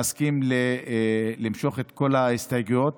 מסכים למשוך את כל ההסתייגויות,